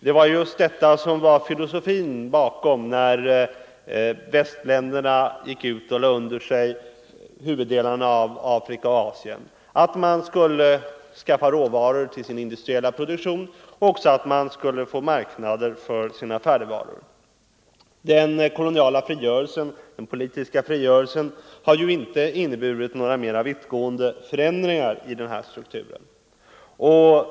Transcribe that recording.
Det var just detta som var filosofin när västländerna gick ut och lade under sig huvuddelen av Afrika och Asien, att man skulle skaffa råvaror till sin industriella produktion och att man skulle få en marknad för sina färdigvaror. Den politiska frigörelsen har inte inneburit några mer vittgående förändringar i denna struktur.